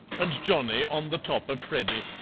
and johnny on the top of freddy.